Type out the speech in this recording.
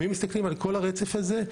אם מסתכלים על כל הרצף הזה,